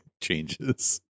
changes